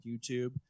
YouTube